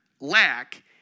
lack